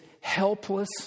helpless